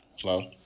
Hello